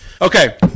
Okay